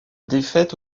défaite